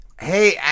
Hey